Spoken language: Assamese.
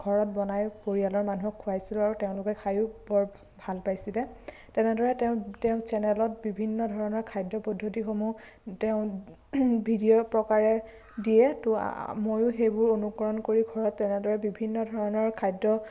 ঘৰত বনাই পৰিয়ালৰ মানুহক খুৱাইছিলোঁ আৰু তেওঁলোকে খায়ো বৰ ভাল পাইছিলে তেনেদৰে তেওঁ তেওঁ চেনেলত বিভিন্ন ধৰণৰ খাদ্য পদ্ধতিসমূহ তেওঁ ভিডিঅ' প্ৰকাৰে দিয়ে তো ময়ো সেইবোৰ অনুকৰণ কৰি ঘৰত তেনেদৰে বিভিন্ন ধৰণৰ খাদ্য